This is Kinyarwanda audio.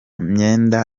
myenda